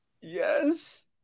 Yes